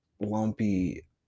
Lumpy